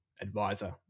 advisor